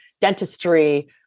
dentistry